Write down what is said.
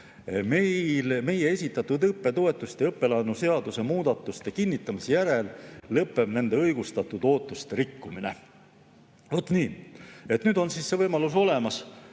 Meie esitatud õppetoetuste ja õppelaenu seaduse muudatuste kinnitamise järel lõpeb nende õigustatud ootuste rikkumine." Vot nii. Nüüd on see võimalus olemas.